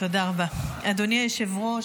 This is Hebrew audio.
אדוני היושב-ראש,